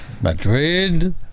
Madrid